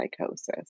psychosis